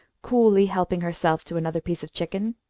coolly helping herself to another piece of chicken.